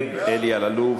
אלי אלאלוף